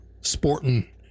sporting